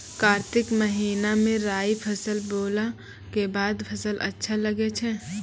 कार्तिक महीना मे राई फसल बोलऽ के बाद फसल अच्छा लगे छै